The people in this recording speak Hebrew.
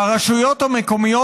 ברשויות המקומיות,